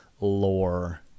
lore